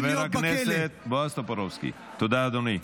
חבר הכנסת בועז טופורובסקי, תודה, אדוני.